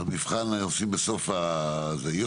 את המבחן עושים בסוף הדיון.